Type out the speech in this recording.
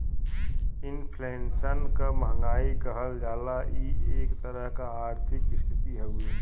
inflation क महंगाई कहल जाला इ एक तरह क आर्थिक स्थिति हउवे